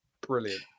Brilliant